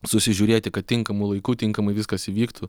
susižiūrėti kad tinkamu laiku tinkamai viskas įvyktų